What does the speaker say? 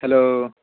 hello